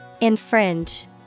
Infringe